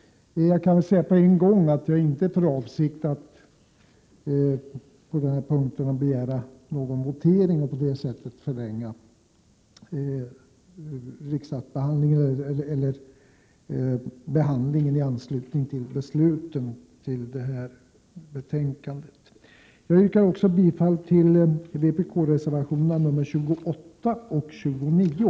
Jag kan väl på en gång säga att jag inte har för avsikt att på dessa punkter begära votering och därigenom förlänga beslutsproceduren vid behandlingen av detta betänkande. Jag yrkar också bifall till vpk-reservationerna 28 och 29.